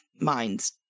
minds